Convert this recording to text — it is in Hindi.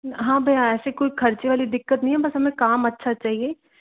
हाँ भैया ऐसे कोई खर्चे वाली दिक्कत नहीं है बस हमें काम अच्छा चाहिए